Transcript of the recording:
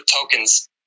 tokens